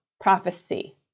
prophecy